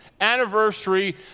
anniversary